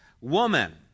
woman